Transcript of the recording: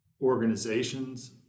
organizations